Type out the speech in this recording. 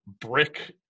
brick